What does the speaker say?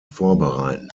vorbereiten